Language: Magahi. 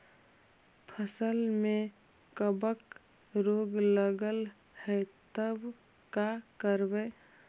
फसल में कबक रोग लगल है तब का करबै